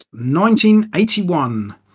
1981